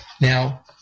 Now